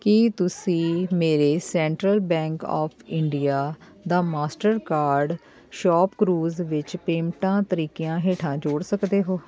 ਕੀ ਤੁਸੀਂਂ ਮੇਰੇ central bank of India ਦਾ ਮਾਸਟਰਕਾਰਡ ਸ਼ੌਪਕਰੂਜ਼ ਵਿੱਚ ਪੇਮੈਂਟਾ ਤਰੀਕਿਆਂ ਹੇਠਾਂ ਜੋੜ ਸਕਦੇ ਹੋ